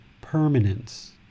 permanence